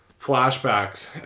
flashbacks